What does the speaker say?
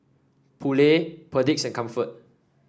Ppoulet Perdix and Comfort